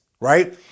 Right